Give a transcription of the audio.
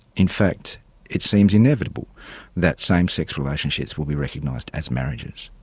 in fact it seems inevitable that same-sex relationships will be recognised as marriages.